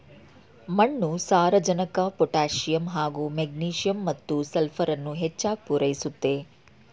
ಮಣ್ಣು ಸಾರಜನಕ ಪೊಟ್ಯಾಸಿಯಮ್ ಹಾಗೂ ಮೆಗ್ನೀಸಿಯಮ್ ಮತ್ತು ಸಲ್ಫರನ್ನು ಹೆಚ್ಚಾಗ್ ಪೂರೈಸುತ್ತೆ